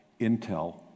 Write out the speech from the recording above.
intel